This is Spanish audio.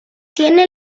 tiene